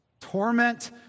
Torment